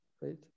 right